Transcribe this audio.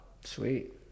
Sweet